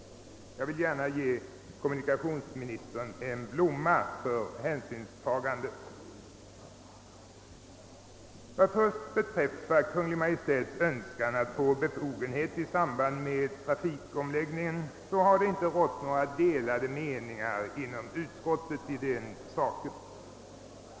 Jag vill gärna ge kommunikationsministern en blomma för hänsynstagandet. Vad beträffar Kungl. Maj:ts önskan att få befogenheter i samband med trafikomläggningen har det inte rått några dåelade meningar i utskottet härom.